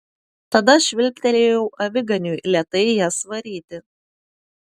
tada švilptelėjau aviganiui lėtai jas varyti